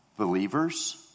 believers